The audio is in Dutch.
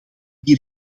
wie